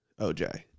OJ